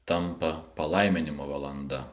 tampa palaiminimo valanda